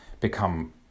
become